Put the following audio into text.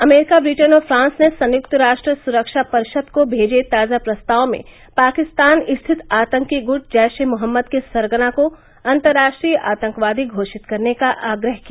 अमरीका Britain और France ने संयुक्त राष्ट्र सुरक्षा परिषद को भेजे ताजा प्रस्ताव में पाकिस्तान स्थित आतंकी गुट जैश ए मोहम्मद के सरगना को अंतर्राष्ट्रीय आतंकवादी घोषित करने का आग्रह किया